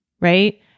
right